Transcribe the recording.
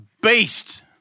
beast